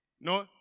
No